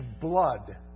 blood